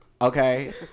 Okay